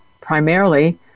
primarily